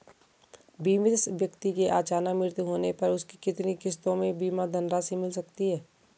बीमित व्यक्ति के अचानक मृत्यु होने पर उसकी कितनी किश्तों में बीमा धनराशि मिल सकती है?